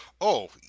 Oh